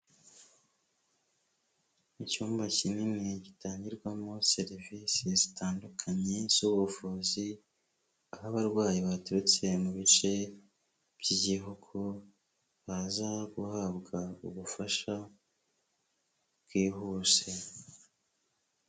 Mu cyumba kinini gitangirwamo serivisi zitandukanye z'ubuvuzi, aho abarwayi baturutse mu bice by'igihugu, baza guhabwa ubufasha bwihuse.